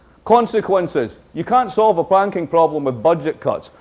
consequences. you can't solve a banking problem with budget cuts.